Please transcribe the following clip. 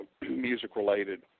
music-related